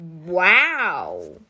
Wow